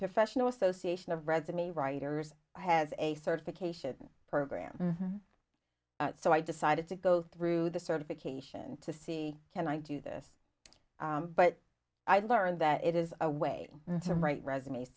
professional association of resume writers has a certification program so i decided to go through the certification to see can i do this but i learned that it is a way to write resumes